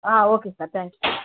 okay sir thank you